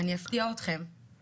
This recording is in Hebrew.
אני אפתיע אתכם,